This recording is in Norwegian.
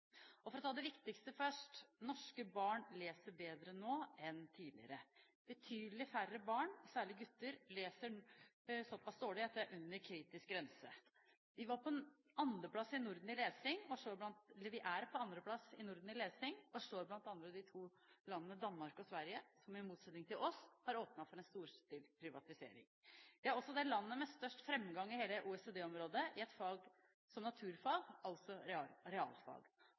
videre. For å ta det viktigste først: Norske barn leser bedre nå enn tidligere. Betydelig færre barn – og særlig gutter – leser såpass dårlig at de er under kritisk grense. Vi er på andreplass i Norden i lesing og slår bl.a. de to landene Danmark og Sverige, som, i motsetning til oss, har åpnet for en storstilt privatisering. Vi er også det landet med størst framgang i hele OECD-området i et fag som naturfag – altså realfag.